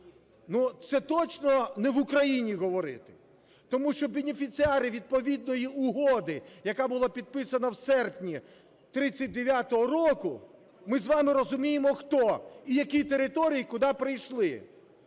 це точно не в Україні говорити. Тому що бенефіціари відповідної угоди, яка була підписана в серпні 39-го року, ми з вами розуміємо хто, і які території куди прийшли.